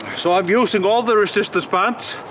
so i'm using all the resistance bands